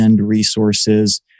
resources